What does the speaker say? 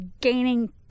gaining